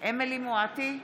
אמילי חיה מואטי,